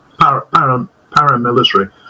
paramilitary